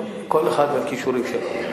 טוב, כל אחד והכישורים שלו.